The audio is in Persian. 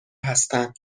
هستند